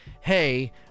hey